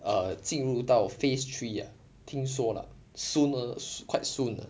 err 进入到 phase three ah 听说 lah soon err quite soon uh